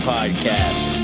Podcast